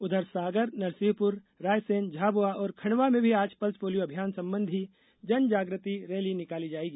उधर सागर नरसिंहपुर रायसेन झाबुआ और खंडवा में भी आज पल्स पोलियो अभियान संबंधी जनजागृति रैली निकाली जाएगी